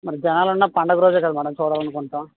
మరి జనాలు అన్న పండగ రోజే కదా మేడం చూడాలనుకుంటాం